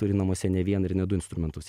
turi namuose ne vieną ir ne du instrumentus